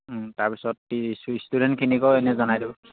তাৰপিছত ষ্টুডেণ্টখিনিকো এনেই জনাই দিব